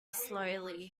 slowly